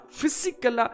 physical